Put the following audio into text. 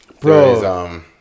bro